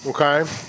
Okay